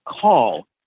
call